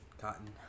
Cotton